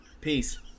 Peace